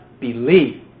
believe